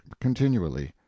continually